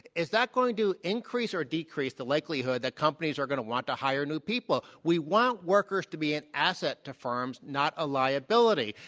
is that going to increase or decrease the likelihood that companies are going to want to hire new people? we want workers to be an asset to firms, not a liability,